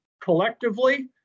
Collectively